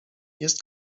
jest